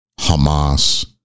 Hamas